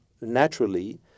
naturally